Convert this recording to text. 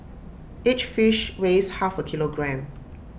each fish weighs half A kilogram